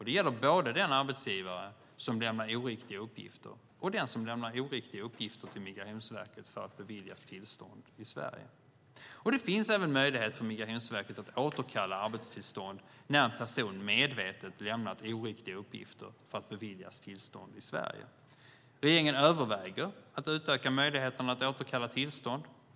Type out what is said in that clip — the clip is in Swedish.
Det gäller både den arbetsgivare som lämnar oriktiga uppgifter och den som lämnar oriktiga uppgifter till Migrationsverket för att beviljas tillstånd i Sverige. Det finns även möjlighet för Migrationsverket att återkalla arbetstillstånd när en person medvetet lämnat oriktiga uppgifter för att beviljas tillstånd i Sverige. Regeringen överväger att utöka möjligheterna att återkalla tillstånd.